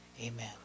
Amen